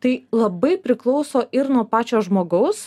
tai labai priklauso ir nuo pačio žmogaus